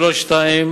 2009):